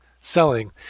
selling